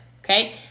okay